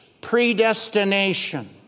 predestination